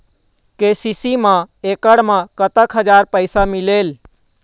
KCC मा एकड़ मा कतक हजार पैसा मिलेल?